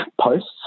posts